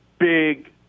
Big